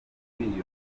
kwiyumva